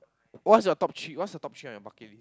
what's your top three what's your top three on your bucket list